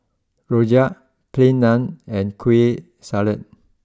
Rojak Plain Naan and Kueh salat